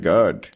God